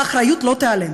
האחריות לא תיעלם.